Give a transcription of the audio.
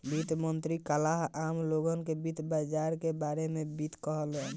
वित्त मंत्री काल्ह आम लोग से वित्त बाजार के बारे में बात करिहन